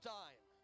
time